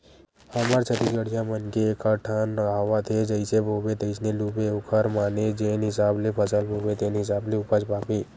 हमर छत्तीसगढ़िया मन के एकठन कहावत हे जइसे बोबे तइसने लूबे ओखर माने जेन हिसाब ले फसल बोबे तेन हिसाब ले उपज पाबे